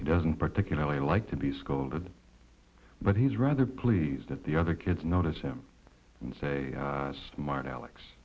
he doesn't particularly like to be scolded but he's rather pleased that the other kids notice him and say smart ale